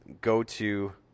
go-to